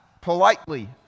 politely